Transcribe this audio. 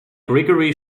grigory